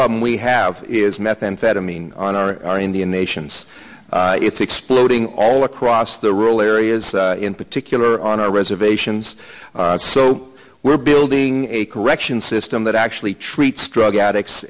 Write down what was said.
problem we have is methamphetamine on our indian nations it's exploding all across the rural areas in particular on our reservations so we're building a corrections system that actually treats drug addicts